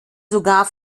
sogar